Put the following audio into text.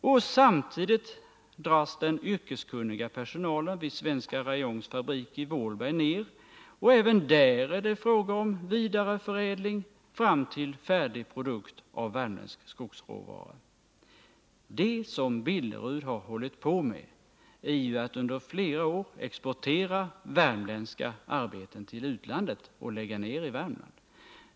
Och samtidigt dras den yrkeskunniga personalen vid Svenska Rayons fabrik i Vålberg ned, och även där är det fråga om vidareförälding fram till färdig produkt av värmländsk skogsråvara. Det som Billerud har hållit på med är att under flera år exportera värmländska arbeten till utlandet och lägga ned i Värmland.